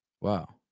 Wow